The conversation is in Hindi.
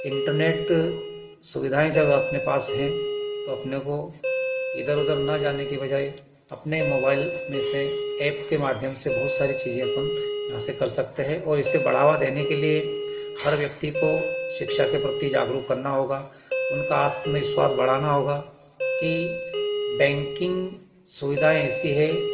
इन्टरनेट सुविधाएँ जब अपने पास है तो अपने को इधर उधर न जाने के बजाय अपने मोबाईल में से एप के माध्यम से बहुत सारे चीज़ें अपन यहाँ से कर सकते है और इसे बढ़ावा देने के लिए हर व्यक्ति को शिक्षा के प्रति जागरूक करना होगा उनका आत्मविश्वास बढ़ाना होगा की बैंकिंग सुविधाएँ ऐसी हैं